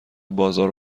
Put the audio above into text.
بازار